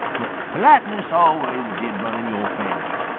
but politeness always did run in your family.